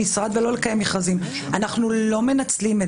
הדבר השני,